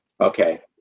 Okay